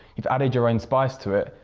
you've added your own spice to it,